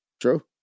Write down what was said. True